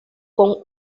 con